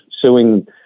suing